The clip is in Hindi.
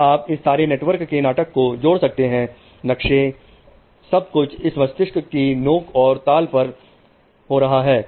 अब आप इस सारे नेटवर्क के नाटक को जोड़ सकते हैं नक्शे सब कुछ इस मस्तिष्क की नोक और ताल पर हो रहा है